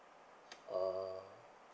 ah